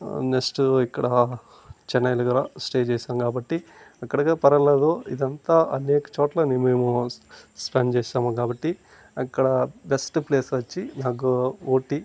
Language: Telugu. నెక్స్టు ఇక్కడా చెన్నై దగ్గర స్టే చేశాం కాబట్టి అక్కడ గా పర్వాలేదు ఇదంతా అనేక చోట్ల మేము స్పెండ్ చేశాము కాబట్టి అక్కడ బెస్ట్ ప్లేస్ వచ్చి నాకు ఊటీ